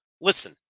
Listen